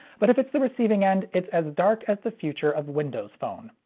but if it's the receiving end, it's as dark as the future of windows phone.